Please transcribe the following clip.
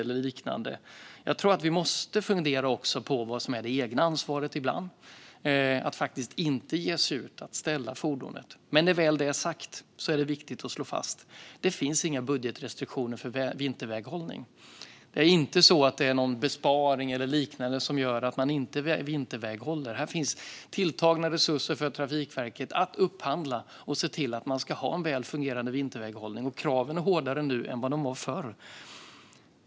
Jag tror att vi ibland också måste fundera på vad som är det egna ansvaret för att faktiskt inte ge sig ut utan ställa fordonet. Men när väl detta är sagt är det viktigt att slå fast att det inte finns några budgetrestriktioner för vinterväghållning. Det är inte någon besparing eller liknande som gör att man inte vinterväghåller. Det finns tilltagna resurser för Trafikverket att upphandla en väl fungerande vägunderhållning, och kraven är hårdare nu än vad de var förr.